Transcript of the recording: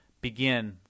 begin